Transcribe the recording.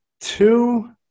two